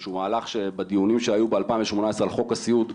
שהוא מהלך שבדיונים שהיו ב-2018 על חוק הסיעוד,